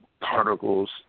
particles